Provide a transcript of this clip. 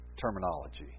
terminology